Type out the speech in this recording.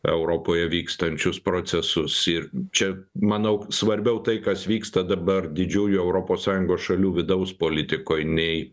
europoje vykstančius procesus ir čia manau svarbiau tai kas vyksta dabar didžiųjų europos sąjungos šalių vidaus politikoj nei